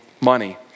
money